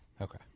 Okay